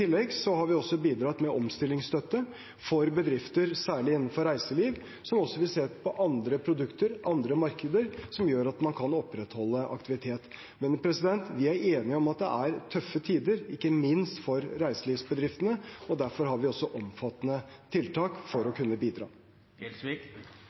har vi bidratt med omstillingsstøtte for bedrifter, særlig innenfor reiseliv, som også vil se på andre produkter, andre markeder, som gjør at man kan opprettholde aktivitet. Men vi er enige om at det er tøffe tider, ikke minst for reiselivsbedriftene, og derfor har vi også omfattende tiltak for